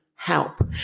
help